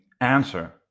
answer